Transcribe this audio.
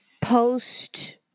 Post